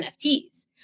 NFTs